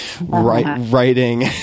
writing